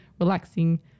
relaxing